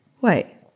wait